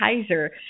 Kaiser